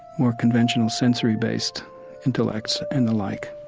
more conventional sensory-based intellects and the like